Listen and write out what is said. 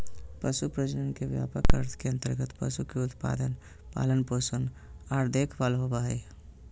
पशु प्रजनन के व्यापक अर्थ के अंतर्गत पशु के उत्पादन, पालन पोषण आर देखभाल होबई हई